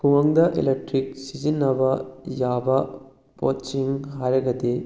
ꯈꯨꯡꯒꯪꯗ ꯏꯂꯦꯛꯇ꯭ꯔꯤꯛ ꯁꯤꯖꯟꯅꯕ ꯌꯥꯕ ꯄꯣꯠꯁꯤꯡ ꯍꯥꯏꯔꯒꯗꯤ